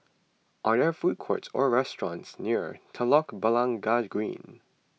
are there food courts or restaurants near Telok Blangah Green